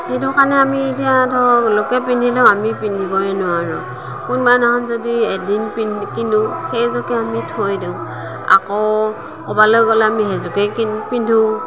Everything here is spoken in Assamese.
সেইটো কাৰণে আমি এতিয়া ধৰক লোকে পিন্ধিলেও আমি পিন্ধিবই নোৱাৰোঁ কোনোবা দিনাখন যদি এদিন পিন্ পিন্ধোঁ সেইযোৰকে আমি থৈ দিওঁ আকৌ ক'ৰবালৈ গ'লে আমি সেইযোৰকে পিন্ধোঁ